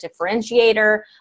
differentiator